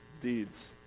deeds